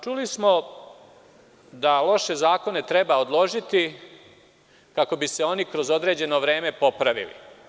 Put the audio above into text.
Čuli smo da loše zakone treba odložiti kako bi se oni kroz određeno vreme popravili.